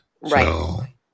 Right